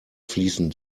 fließen